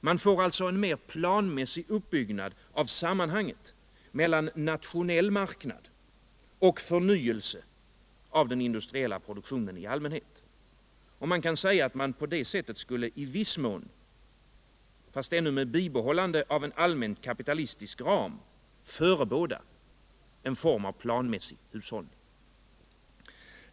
Man får alltså en mer planmässig uppbyggnad av sammanhanget mellan nationell marknad och förnyelse av den industriella produktionen i allmänhet. Man kan säga att man på det sättet skulle i viss mån — fast ännu med bibehållande av en allmänt kapitalistisk ram — förebåda en form av planmässig hushållning.